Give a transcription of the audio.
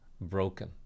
broken